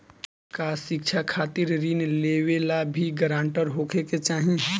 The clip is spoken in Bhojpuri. का शिक्षा खातिर ऋण लेवेला भी ग्रानटर होखे के चाही?